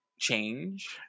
change